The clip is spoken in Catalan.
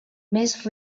més